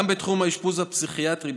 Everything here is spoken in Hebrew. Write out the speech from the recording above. גם בתחום האשפוז הפסיכיאטרי,